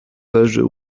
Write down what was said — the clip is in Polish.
leży